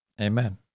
Amen